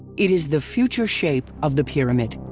it is the future shape of the pyramid.